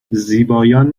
زیبایان